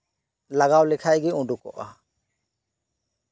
ᱞᱟᱜᱟᱣ ᱞᱮᱠᱷᱟᱡ ᱜᱮ ᱩᱰᱩᱠᱚᱜᱼᱟ